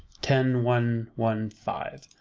ten one one five.